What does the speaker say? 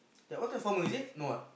that one Transfomer is it no ah